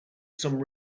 some